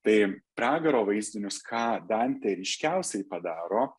tai pragaro vaizdinius ką dantė ryškiausiai padaro